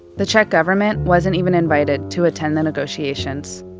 the czech government wasn't even invited to attend the negotiations.